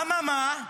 אממה,